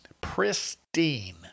pristine